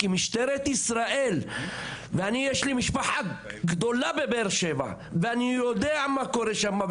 לי יש משפחה גדולה בבאר שבע ואני יודע מה קורה שם,